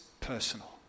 personal